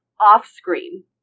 off-screen